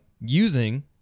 using